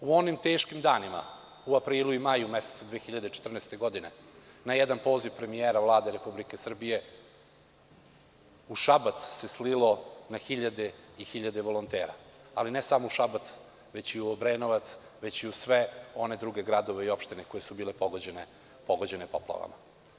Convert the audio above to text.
U onim teškim danima u aprilu i maju 2014. godine, na jedan poziv premijera Vlade Republike Srbije, u Šabac se slilo na hiljade i hiljade volontera, ali ne samo u Šabac, već i u Obrenovac i u sve one gradove i opštine koje su bile pogođene poplavama.